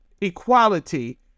equality